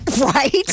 Right